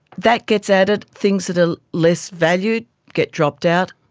that gets added. things that are less valued get dropped out.